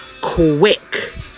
quick